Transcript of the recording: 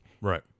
Right